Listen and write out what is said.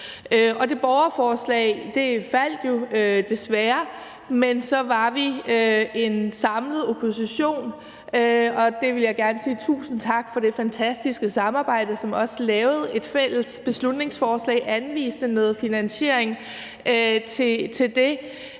Det borgerforslag faldt jo desværre, men så var vi en samlet opposition, som også lavede et fælles beslutningsforslag og anviste noget finansiering til det,